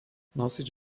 nosič